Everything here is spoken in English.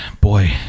Boy